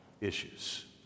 issues